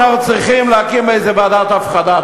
ואנחנו צריכים להקים איזו ועדת הפחדה.